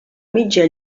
mitja